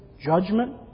judgment